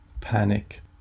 panic